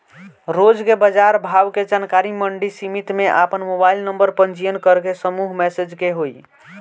रोज के बाजार भाव के जानकारी मंडी समिति में आपन मोबाइल नंबर पंजीयन करके समूह मैसेज से होई?